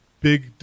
big